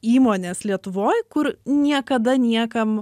įmonės lietuvoj kur niekada niekam